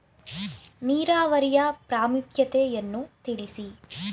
ನೀರಾವರಿಯ ಪ್ರಾಮುಖ್ಯತೆ ಯನ್ನು ತಿಳಿಸಿ?